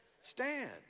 Stand